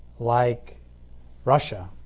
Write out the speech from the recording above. like russia,